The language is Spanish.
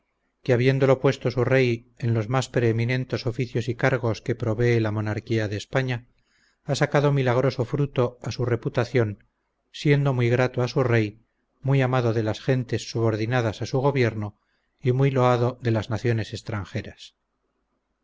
que habiéndolo puesto su rey en los más preeminentes oficios y cargos que provee la monarquía de españa ha sacado milagroso fruto a su reputación siendo muy grato a su rey muy amado de las gentes subordinadas a su gobierno y muy loado de las naciones extranjeras